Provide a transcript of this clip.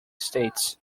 states